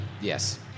Yes